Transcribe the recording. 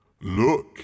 Look